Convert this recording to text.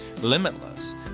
limitless